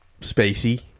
spacey